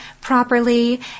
properly